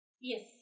Yes